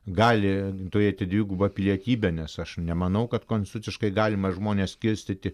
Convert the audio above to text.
gali turėti dvigubą pilietybę nes aš nemanau kad konstituciškai galima žmones skirstyti